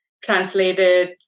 Translated